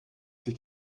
sich